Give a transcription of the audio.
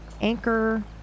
anchor